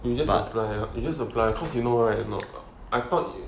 you just like apply you just apply cause you know why or not I thought